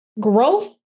growth